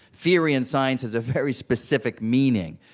theory in science is a very specific meaning.